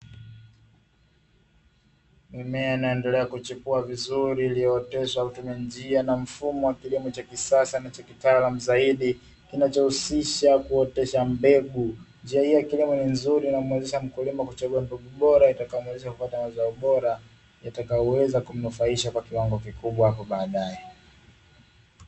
Mimea inayoendelea kuchipua vizuri iliyooteshwa kwa kutumia njia na mfumo wa kilimo cha kisasa na cha kitaalamu zaidi kinachohusisha kuotesha mbegu. Njia hii ya kilimo ni nzuri inayomuwezesha mkulima kuchagua mbegu bora itakayomuwezesha kupata mazao bora yatakayoweza kumnufaisha kwa kiwango kikubwa hapo baadaye.